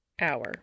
Hour